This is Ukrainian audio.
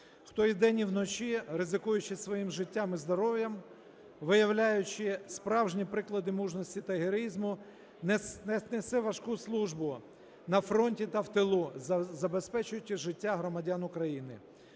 хто і вдень, і вночі, ризикуючи своїм життям і здоров'ям, виявляючи справжні приклади мужності та героїзму, несе важку службу на фронті та в тилу, забезпечуючи життя громадян України.